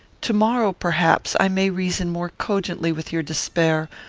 to-morrow, perhaps, i may reason more cogently with your despair,